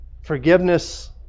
forgiveness